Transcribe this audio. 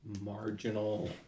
marginal